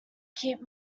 keep